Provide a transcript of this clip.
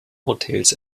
hotels